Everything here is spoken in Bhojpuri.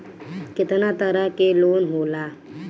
केतना तरह के लोन होला?